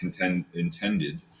intended